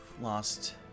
lost